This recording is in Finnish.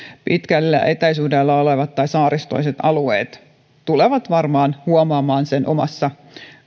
pitkällä etäisyydellä olevat tai saaristoiset alueet tulevat varmaan huomaamaan sen omassa